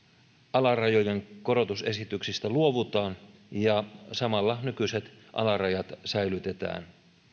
alarajojen korotusesityksistä luovutaan ja samalla nykyiset alarajat säilytetään